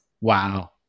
Wow